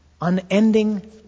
Unending